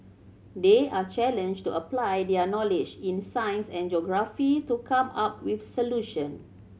they are challenged to apply their knowledge in science and geography to come up with solution